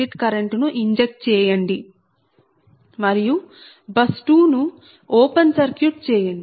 u current ను inject చేయండి మరియు బస్ 2 ను ఓపెన్ సర్క్యూట్ చేయండి